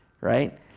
right